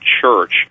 church